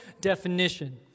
definition